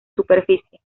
superficie